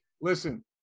Listen